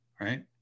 Right